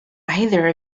either